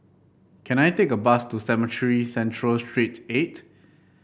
can I take a bus to Cemetry Central Street eight